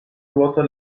ruota